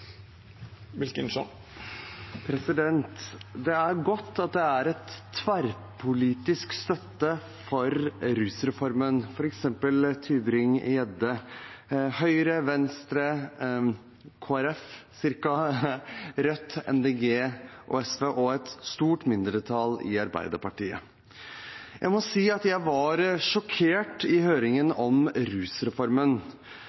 Det er godt at det er tverrpolitisk støtte for rusreformen, f.eks. fra representanten Mathilde Tybring-Gjedde. Det er Høyre, Venstre, Kristelig Folkeparti, sånn cirka, Rødt, Miljøpartiet De Grønne, SV og et stort mindretall i Arbeiderpartiet. Jeg må si at jeg var sjokkert i høringen